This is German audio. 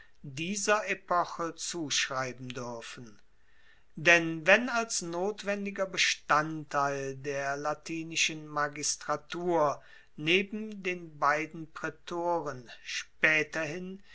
dieser epoche zuschreiben duerfen denn wenn als notwendiger bestandteil der latinischen magistratur neben den beiden